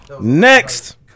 Next